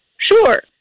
Sure